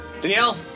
Danielle